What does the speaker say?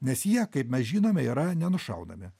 nes jie kaip mes žinome yra nenušaunami